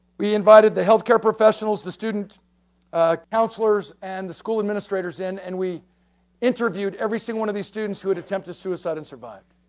we invited the healthcare professionals, the students counselors, and the school administrators in, and we interviewed every single one of these students who had attempted suicide and survived.